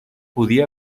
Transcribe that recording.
podia